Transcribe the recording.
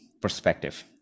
perspective